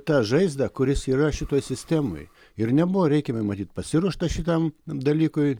tą žaizdą kuris yra šitoj sistemoj ir nebuvo reikiamai matyt pasiruošta šitam dalykui